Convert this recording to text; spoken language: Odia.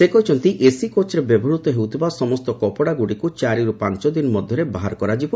ସେ କହିଛନ୍ତି ଏସି କୋଚ୍ରେ ବ୍ୟବହୃତ ହେଉଥିବା ସମସ୍ତ କପଡ଼ାଗୁଡ଼ିକୁ ଚାରିରୁ ପାଞ୍ଚଦିନ ମଧ୍ୟରେ ବାହାର କରାଯିବ